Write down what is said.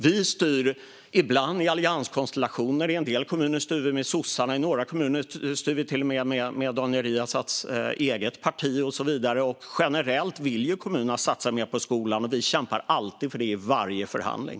Vi styr ibland i allianskonstellationer, med sossarna i en del kommuner och till och med i några kommuner med Daniel Riazats eget parti, och så vidare. Generellt vill kommunerna satsa mer på skolan, och vi kämpar alltid för det i varje förhandling.